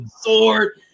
sword